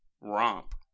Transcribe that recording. romp